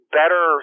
better